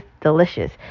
delicious